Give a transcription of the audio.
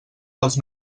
dels